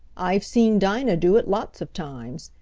i've seen dinah do it lots of times.